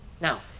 Now